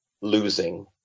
losing